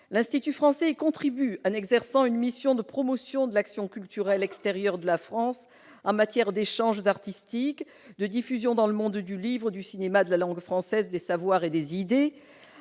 L'Institut français y contribue en exerçant une mission de promotion de l'action culturelle extérieure de la France en matière d'échanges artistiques, de diffusion dans le monde du livre, du cinéma, de la langue française, des savoirs et des idées.